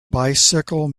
bicycle